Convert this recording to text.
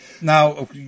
Now